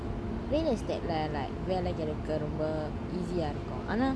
real estate வெல்ல கேடைக்க:vella keadaika like easy eh இருக்கும் அனா:irukum ana